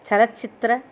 चलच्चित्र